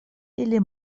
ili